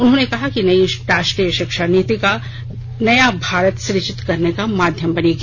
उन्होंने कहा कि नई राष्ट्रीय शिक्षा नीति नया भारत सुजित करने का माध्यम बनेगी